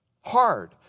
hard